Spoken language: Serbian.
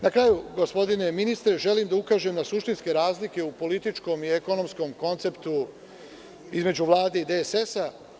Na kraju, gospodine ministre, želim da ukažem na suštinske razlike u političkom i ekonomskom konceptu između Vlade i DSS.